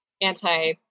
anti